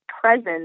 presence